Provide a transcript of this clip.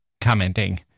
commenting